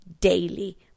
daily